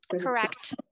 Correct